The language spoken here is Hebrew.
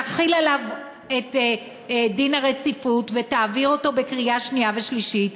תחיל עליו את דין הרציפות ותעביר אותו בקריאה שנייה ושלישית,